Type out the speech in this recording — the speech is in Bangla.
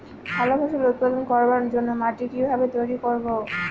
ভালো ফসল উৎপাদন করবার জন্য মাটি কি ভাবে তৈরী করব?